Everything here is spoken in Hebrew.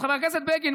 אז חבר הכנסת בגין,